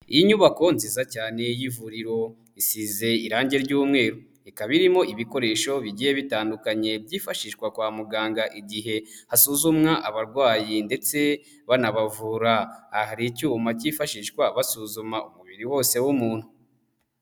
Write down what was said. Iyi nyubako nziza cyane y'ivuriro, isize irangi ry'umweru, ikaba irimo ibikoresho bigiye bitandukanye byifashishwa kwa muganga igihe hasuzumwa abarwayi ndetse banabavura. Aha hari icyuma cyifashishwa basuzumwa umubiri wose w'umuntu.